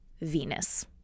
Venus